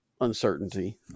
uncertainty